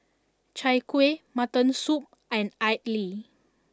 Chai Kuih Mutton Soup and Idly